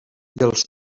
dels